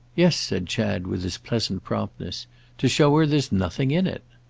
yes, said chad with his pleasant promptness to show her there's nothing in it.